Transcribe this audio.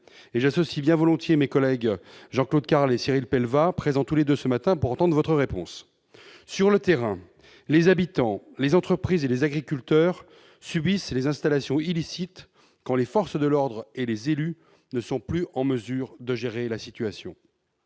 d'ailleurs bien volontiers mes collègues Jean-Claude Carle et Cyril Pellevat, présents tous les deux ce matin pour entendre votre réponse. Sur le terrain, les habitants, les entreprises et les agriculteurs subissent les effets des installations illicites quand les forces de l'ordre et les élus ne sont plus en mesure de maîtriser la situation.